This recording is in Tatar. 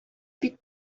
бик